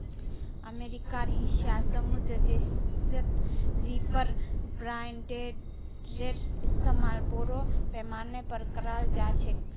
अमेरिकार हिस्सा समृद्ध देशत रीपर बाइंडरेर इस्तमाल बोरो पैमानार पर कराल जा छेक